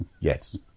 Yes